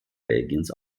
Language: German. belgiens